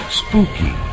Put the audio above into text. spooky